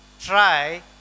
try